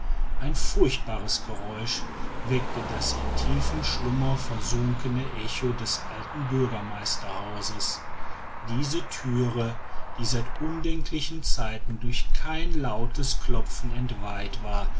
ein furchtbares geräusch weckte das in tiefen schlummer versunkene echo des alten bürgermeisterhauses diese thüre die seit undenklichen zeiten durch kein lautes klopfen entweiht war